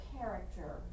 character